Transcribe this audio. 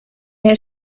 der